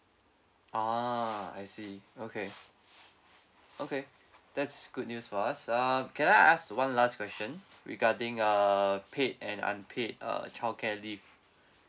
ah I see okay okay that's good news for us um can I ask one last question regarding uh paid and unpaid uh childcare leave